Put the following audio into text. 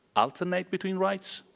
alternate between rights?